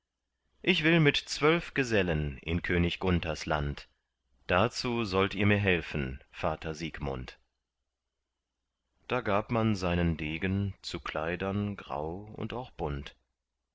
ich will mit zwölf gesellen in könig gunthers land dazu sollt ihr mir helfen vater siegmund da gab man seinen degen zu kleidern grau und auch bunt